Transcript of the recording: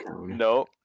No